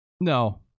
no